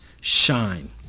shine